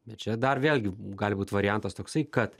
bet čia dar vėlgi gali būt variantas toksai kad